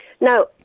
Now